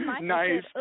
nice